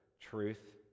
truth